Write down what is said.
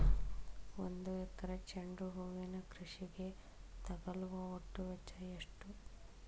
ಒಂದು ಎಕರೆ ಚೆಂಡು ಹೂವಿನ ಕೃಷಿಗೆ ತಗಲುವ ಒಟ್ಟು ವೆಚ್ಚ ಎಷ್ಟು?